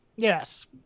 Yes